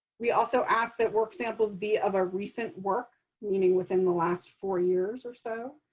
we also ask that work samples be of a recent work, meaning within the last four years or so.